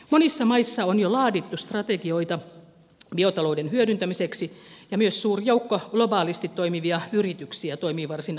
monissa maissa on jo laadittu strategioita biotalouden hyödyntämiseksi ja myös suuri joukko globaalisti toimivia yrityksiä toimii varsin aktiivisesti